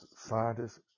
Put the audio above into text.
scientists